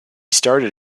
started